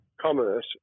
commerce